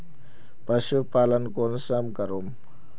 पशुपालन कुंसम करूम?